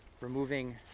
removing